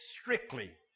strictly